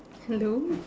hello